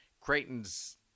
Creighton's